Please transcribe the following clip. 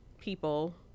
people